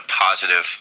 positive